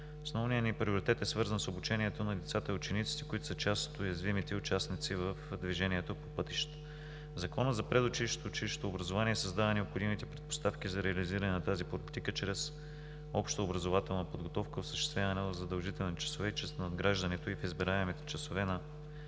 Основният ни приоритет е свързан с обучението на децата и учениците, които са част от уязвимите участници в движението по пътищата. Законът за предучилищното и училищното образование създава необходимите предпоставки за реализиране на тази политика чрез общообразователна подготовка, осъществявана в задължителни часове и чрез надграждането й в избираемите часове на